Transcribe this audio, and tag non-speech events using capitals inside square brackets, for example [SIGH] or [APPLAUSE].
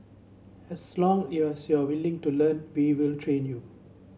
as long you're [UNINTELLIGIBLE] willing to learn we will train you